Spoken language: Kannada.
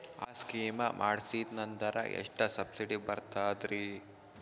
ಆ ಸ್ಕೀಮ ಮಾಡ್ಸೀದ್ನಂದರ ಎಷ್ಟ ಸಬ್ಸಿಡಿ ಬರ್ತಾದ್ರೀ?